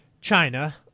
China